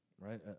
right